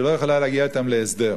שלא יכולה להגיע אתם להסדר.